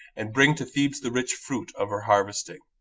and bring to thebes the rich fruit of her harvesting.